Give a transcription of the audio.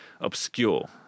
obscure